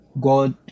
God